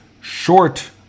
short